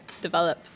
develop